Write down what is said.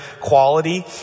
quality